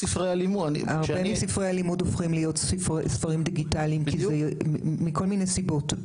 ספרי הלימוד הופכים להיות ספרים דיגיטליים מכל מיני סיבות,